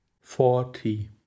forty